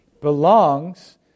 belongs